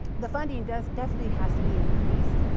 the funding does definitely has to be increased,